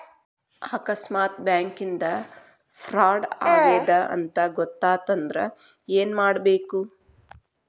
ಆಕಸ್ಮಾತ್ ಬ್ಯಾಂಕಿಂದಾ ಫ್ರಾಡ್ ಆಗೇದ್ ಅಂತ್ ಗೊತಾತಂದ್ರ ಏನ್ಮಾಡ್ಬೇಕು?